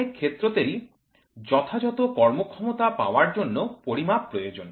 অনেক ক্ষেত্রতেই যথাযথ কর্মক্ষমতা পাওয়ার জন্য পরিমাপ প্রয়োজন